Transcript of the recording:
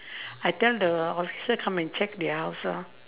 I tell the officer come and check their house ah